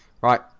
Right